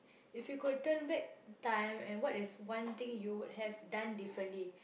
if you could turn back time and what is one thing you would have done differently